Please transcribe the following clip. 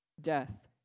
death